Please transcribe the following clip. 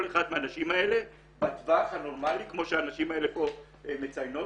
אחת מהנשים האלה בטווח הנורמאלי כמו שהנשים האלה פה מציינות.